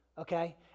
okay